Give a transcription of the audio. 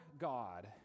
God